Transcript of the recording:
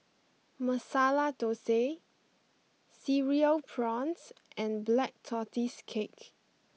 Masala Thosai Cereal Prawns and Black Tortoise Cake